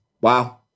Wow